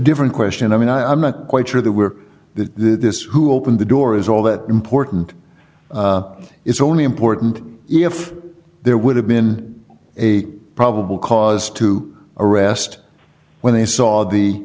different question i mean i meant quite sure that we're that this who opened the door is all that important it's only important if there would have been a probable cause to arrest when they saw the